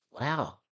Wow